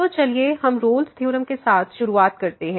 तो चलिए हम रोल्स थ्योरम Rolle's Theorem के साथ शुरुआत करते हैं